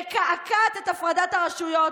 מקעקעת את הפרדת הרשויות,